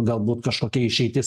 galbūt kažkokia išeitis